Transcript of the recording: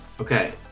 okay